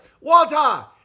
Walter